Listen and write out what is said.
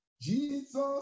Jesus